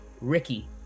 ricky